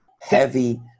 Heavy